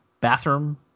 bathroom